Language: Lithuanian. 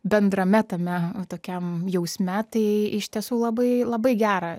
bendrame tame tokiam jausme tai iš tiesų labai labai gera